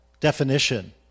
definition